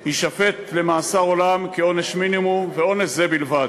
יישפט למאסר עולם כעונש מינימום, ועונש זה בלבד.